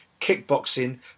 kickboxing